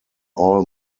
all